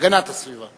הגנת הסביבה.